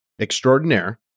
Extraordinaire